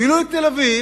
אפילו את תל-אביב,